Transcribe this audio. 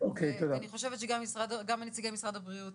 אני חושבת שגם נציגי משרד הבריאות